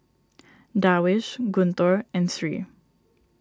Darwish Guntur and Sri